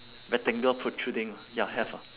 rectangle protruding ya have ah